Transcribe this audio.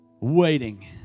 Waiting